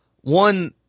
one